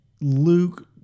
Luke